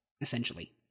essentially